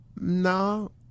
no